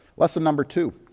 lesson number two.